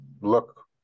look